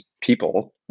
people